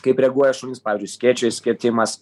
kaip reaguoja šunys pavyzdžiui skėčio išskėtimas